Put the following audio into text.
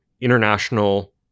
international